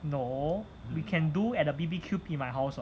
no we can do at the B_B_Q pit in my house [what]